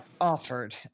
offered